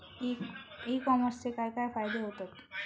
E कॉमर्सचे काय काय फायदे होतत?